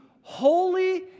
holy